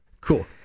Cool